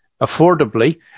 affordably